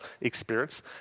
experience